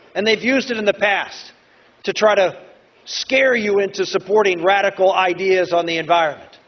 and they've used it in the past to try to scare you into supporting radical ideas on the environment.